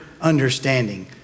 understanding